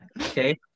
okay